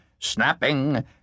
snapping